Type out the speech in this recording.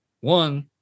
one